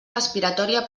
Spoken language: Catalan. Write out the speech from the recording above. respiratòria